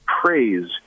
praise